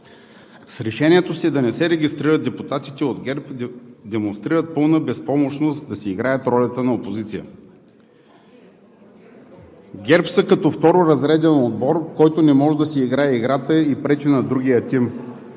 С решението си да не се регистрират депутатите от ГЕРБ демонстрират пълна безпомощност да си играят ролята на опозиция. ГЕРБ са като второразреден отбор, който не може да си играе играта и пречи на другия тим.